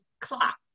clock